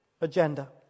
agenda